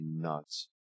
nuts